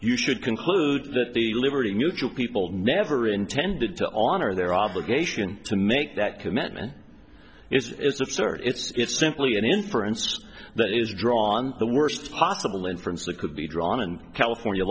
you should conclude that the liberty mutual people never intended to on or their obligation to make that commitment it's absurd it's simply an inference that is drawn the worst possible inference that could be drawn and california